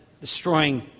destroying